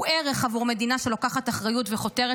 הוא ערך עבור מדינה שלוקחת אחריות וחותרת